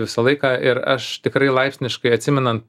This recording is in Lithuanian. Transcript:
visą laiką ir aš tikrai laipsniškai atsimenan